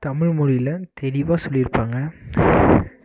தமிழ் மொழியில் தெளிவாக சொல்லியிருப்பாங்க